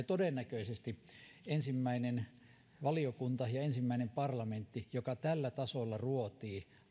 todennäköisesti ensimmäinen valiokunta ja eduskunta ensimmäinen parlamentti joka tällä tasolla ruotii